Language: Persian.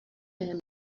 بهم